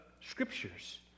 Scriptures